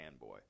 fanboy